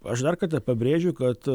aš dar kartą pabrėžiu kad